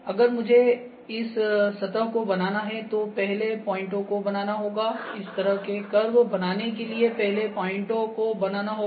अगर मुझे इस सतह को बनाना है तो पहले पॉइंटो को बनाना होगा इस तरह के कर्व बनाने लिए पहले पॉइंटो को बनाना होगा